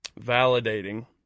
validating